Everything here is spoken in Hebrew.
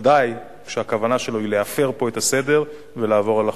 בוודאי כשהכוונה שלו היא להפר פה את הסדר ולעבור על החוק.